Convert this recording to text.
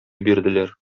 бирделәр